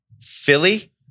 Philly